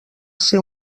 ser